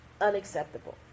unacceptable